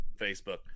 Facebook